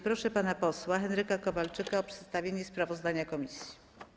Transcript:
Proszę pana posła Henryka Kowalczyka o przedstawienie sprawozdania komisji.